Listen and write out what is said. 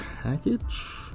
package